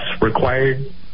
required